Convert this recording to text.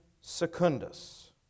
Secundus